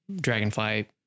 dragonfly